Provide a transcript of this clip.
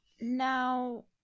now